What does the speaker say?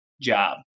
job